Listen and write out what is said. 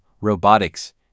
robotics